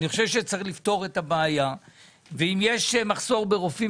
צריך לפתור את הבעיה ואם יש מחסור ברופאים